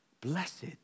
Blessed